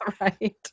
Right